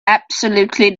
absolutely